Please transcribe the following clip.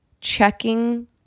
checking